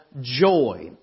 joy